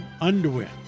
underwear